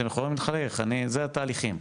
אתם יכולים לחייך אלו התהליכים.